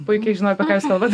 puikiai žinau apie ką jūs kalbat